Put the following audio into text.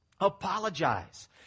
apologize